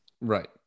Right